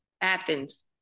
Athens